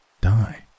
die